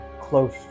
close